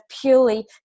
purely